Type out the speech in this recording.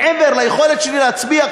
מעבר ליכולת שלי להצביע,